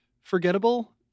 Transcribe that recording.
forgettable